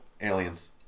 Aliens